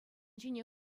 ҫине